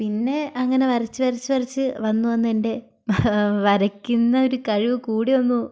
പിന്നെ അങ്ങനെ വരച്ച് വരച്ച് വരച്ച് വന്നു വന്നു എന്റെ വരക്കുന്നൊരു കഴിവ് കൂടിവന്നു